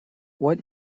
what